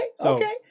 okay